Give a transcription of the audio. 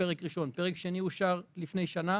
הפרק השני אושר לפני כשנה,